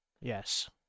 Yes